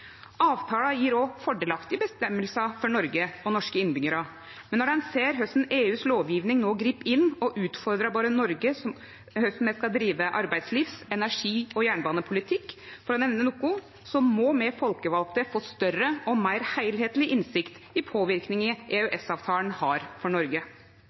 Avtala gjev òg fordelaktige føresegner for Noreg og norske innbyggjarar, men når ein ser korleis EUs lovgjeving no grip inn og utfordrar korleis me i Noreg skal drive arbeidslivs-, energi- og jernbanepolitikk, for å nemne noko, må me folkevalde få større og meir heilskapleg innsikt i påverknaden EØS-avtala har for Noreg.